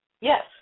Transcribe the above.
Yes